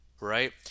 right